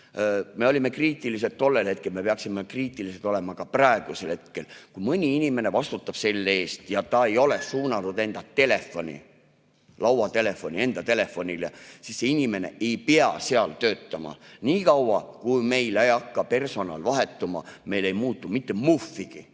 Me olime kriitilised tollel hetkel, me peaksime kriitilised olema ka praegusel hetkel. Kui mõni inimene vastutab selle eest ja ta ei ole suunanud enda telefoni, lauatelefoni enda telefonile, siis see inimene ei pea seal töötama. Niikaua, kui meil ei hakka personal vahetuma, meil ei muutu mitte muhvigi